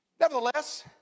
Nevertheless